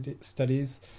studies